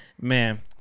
Man